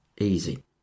easy